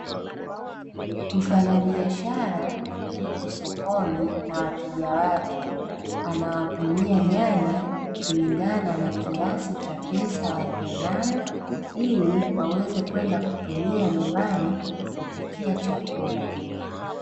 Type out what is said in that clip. Mfanyabiashara yupo sokoni na wateja wake, anawapimia nyanya kulingana na kiasi cha pesa waliyonayo ili waweze kwenda kutumia nyumbani kupikia chakula.